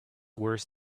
worse